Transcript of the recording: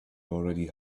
already